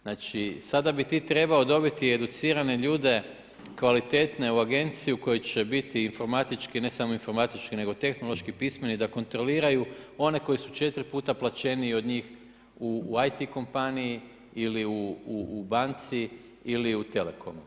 Znači, sada bi ti trebao dobiti educirani ljude kvalitetne u agenciju, koja će biti informatički, ne samo informatički nego tehnološki pismeni, da kontroliraju one koji su 4 puta plaćeniji od njih u IT kompaniji ili u banci ili u telekomu.